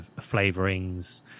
flavorings